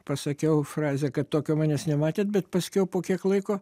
pasakiau frazę kad tokio manęs nematėt bet paskiau po kiek laiko